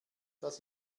das